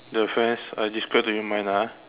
the rest I describe to you mine ah